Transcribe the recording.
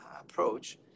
approach